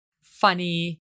funny